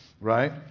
Right